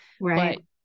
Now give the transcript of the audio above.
Right